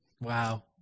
wow